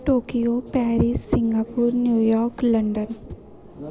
Tokyo Paris Singapore New York London